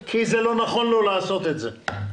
אבל הם נמצאים פה כי הם נתמכים באיזושהי צורה על ידי המדינה.